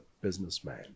businessman